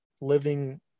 living